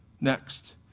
Next